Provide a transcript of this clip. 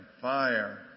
fire